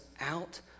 out